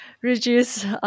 reduce